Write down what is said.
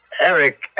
Eric